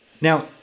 Now